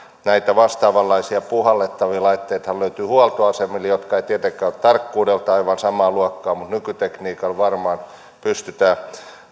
näitä vastaavanlaisia puhallettavia laitteitahan löytyy huoltoasemilta ne eivät tietenkään ole tarkkuudeltaan aivan samaa luokkaa mutta nykytekniikalla varmaan pystytään